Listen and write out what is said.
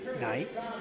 night